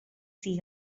see